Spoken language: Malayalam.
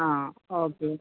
ആ ഓക്കെ